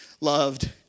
loved